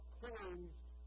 closed